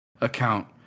account